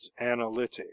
analytic